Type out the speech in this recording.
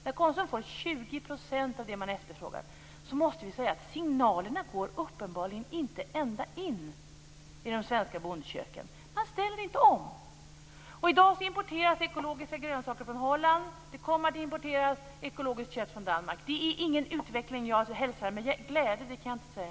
När Konsum får 20 % av det de efterfrågar måste vi säga att signalerna uppenbarligen inte går ända in i de svenska bondköken. Man ställer inte om. I dag importeras ekologiska grönsaker från Holland. Det kommer att importeras ekologiskt kött från Danmark. Det är ingen utveckling jag hälsar med glädje. Det kan jag inte säga.